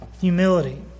humility